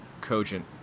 cogent